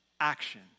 action